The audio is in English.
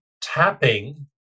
tapping